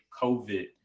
COVID